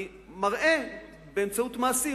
אני מראה באמצעות מעשים,